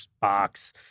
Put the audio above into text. box